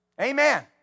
Amen